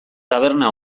taberna